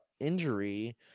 injury